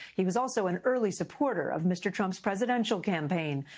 he was also an early supporter of mr. trump's presidential campaign.